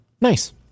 Nice